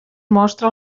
mostra